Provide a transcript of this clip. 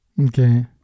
okay